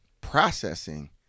processing